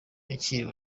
yakiriwe